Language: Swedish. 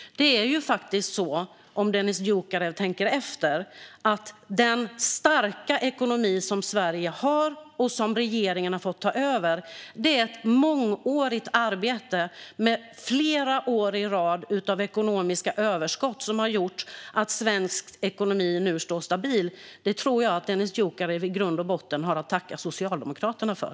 Det är faktiskt så, om Dennis Dioukarev tänker efter, att den starka ekonomi som Sverige har och som regeringen har fått ta över är ett mångårigt arbete med flera år i rad av ekonomiska överskott som har gjort att svensk ekonomi nu står stabil. Det tror jag att Dennis Dioukarev i grund och botten har att tacka Socialdemokraterna för.